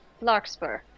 Larkspur